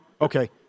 Okay